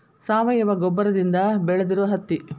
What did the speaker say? ಸಾವಯುವ ಗೊಬ್ಬರದಿಂದ ಬೆಳದಿರು ಹತ್ತಿ